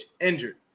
injured